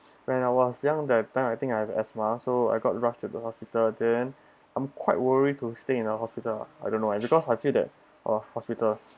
when I was young that time I think I have asthma so I got to rushed to the hospital then I'm quite worried to stay in a hospital ah I don't know because I feel that oh hospital